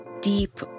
deep